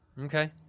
Okay